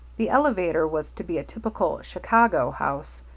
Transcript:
the elevator was to be a typical chicago house,